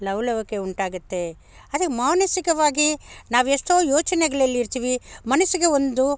ಲವಲವಿಕೆ ಉಂಟಾಗುತ್ತೆ ಅಂದರೆ ಮಾನಸಿಕವಾಗಿ ನಾವೆಷ್ಟೋ ಯೋಚನೆಗಳಲ್ಲಿರ್ತೀವಿ ಮನಸ್ಸಿಗೆ ಒಂದು